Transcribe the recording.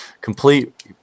complete